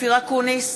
אופיר אקוניס,